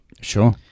Sure